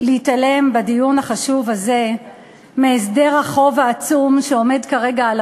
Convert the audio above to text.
להתעלם בדיון החשוב הזה מהסדר החוב העצום שעומד כרגע על